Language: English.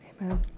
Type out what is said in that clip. Amen